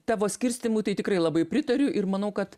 tavo skirstymui tai tikrai labai pritariu ir manau kad